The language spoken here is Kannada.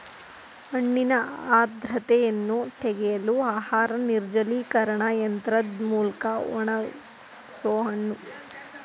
ಹಣ್ಣಿನ ಆರ್ದ್ರತೆಯನ್ನು ತೆಗೆಯಲು ಆಹಾರ ನಿರ್ಜಲೀಕರಣ ಯಂತ್ರದ್ ಮೂಲ್ಕ ಒಣಗ್ಸೋಹಣ್ಣು